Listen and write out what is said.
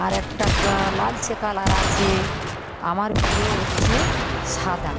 আর একটা লালচে কালার আছে আমার প্রিয় হচ্ছে সাদা